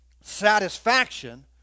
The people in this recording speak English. satisfaction